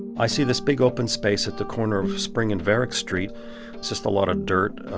i see this big, open space at the corner of spring and varick street. it's just a lot of dirt,